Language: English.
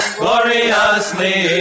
gloriously